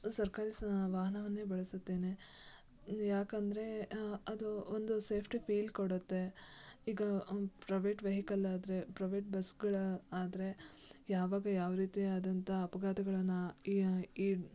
ಸರ್ಕಾರಿ ಸಾ ವಾಹನವನ್ನೇ ಬಳಸುತ್ತೇನೆ ಏಕೆಂದ್ರೆ ಅದು ಒಂದು ಸೇಫ್ಟಿ ಫೀಲ್ ಕೊಡುತ್ತೆ ಈಗ ಪ್ರೈವೇಟ್ ವೆಹಿಕಲ್ ಆದರೆ ಪ್ರೈವೇಟ್ ಬಸ್ಗಳು ಆದರೆ ಯಾವಾಗ ಯಾವ ರೀತಿ ಆದಂತಹ ಅಪಘಾತಗಳನ್ನು